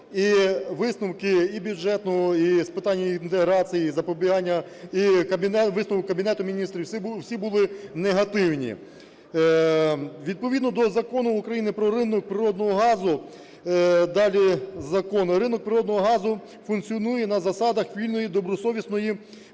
І висновки і бюджетного, і з питань інтеграції, і з запобігання, і висновок Кабінету Міністрів – всі були негативні. Відповідно до Закону України "Про ринок природного газу", далі - Закон, ринок природного газу функціонує на засадах вільної, добросовісної